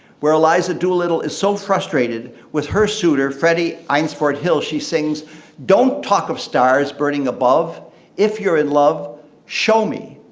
where eliza doolittle is so frustrated with her suitor freddie einsford-hill. she sings don't talk of stars burning above if you're in love show me!